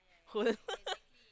hold